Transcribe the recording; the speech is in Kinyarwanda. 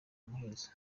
muhezo